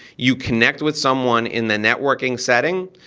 you connect with someone in the networking setting.